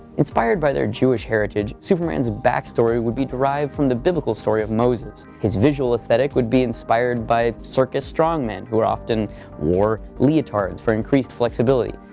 inspired by their jewish heritage, superman's back story would be derived from the biblical story of moses. his visual aesthetic would be inspired by circus strongmen, who often wore leotards for increased flexibility.